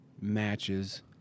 matches